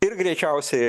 ir greičiausiai